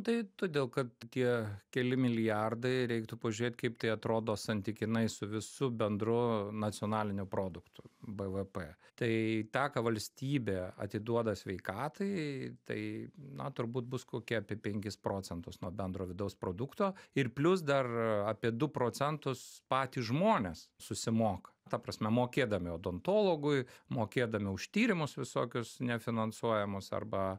tai todėl kad tie keli milijardai reiktų pažiūrėt kaip tai atrodo santykinai su visu bendru nacionalinio produkto bvp tai tą ką valstybė atiduoda sveikatai tai na turbūt bus kokie apie penkis procentus nuo bendro vidaus produkto ir plius dar apie du procentus patys žmonės susimoka ta prasme mokėdami odontologui mokėdami už tyrimus visokios nefinansuojamus arba